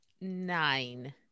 Nine